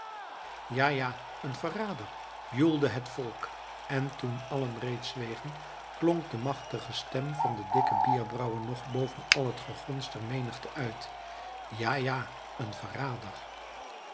ja ja een verrader joelde het volk en toen allen reeds zwegen klonk de machtige stem van den dikken bierbrouwer nog boven al het gegons der menigte uit ja ja een verrader